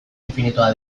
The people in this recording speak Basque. infinitua